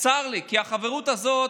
צר לי, כי החברות הזאת,